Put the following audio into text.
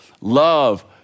Love